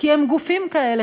כי הם גופים כאלה,